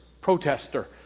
protester